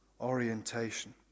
orientation